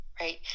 right